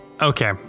okay